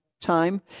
time